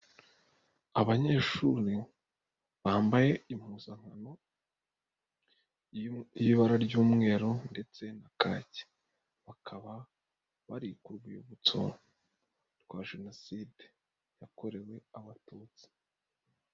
Abanyeshuri bambaye impuzankano y'ibara ry'umweru ndetse na kaki, bakaba bari ku rwibutso rwa Jenoside yakorewe Abatutsi.